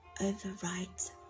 overrides